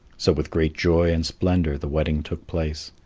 so with great joy and splendour the wedding took place.